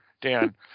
Dan